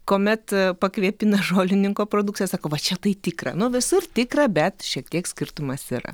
kuomet pakvėpina žolininko produkciją sako va čia tai tikra nu visur tikra bet šiek tiek skirtumas yra